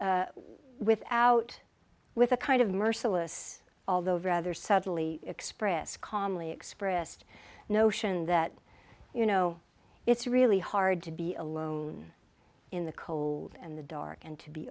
with with out with a kind of merciless although rather sadly expressed calmly expressed notion that you know it's really hard to be alone in the cold and the dark and to be